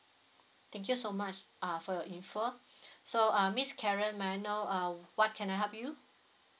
thank you so much uh for your info so uh miss K A R E N may I know uh what can I help you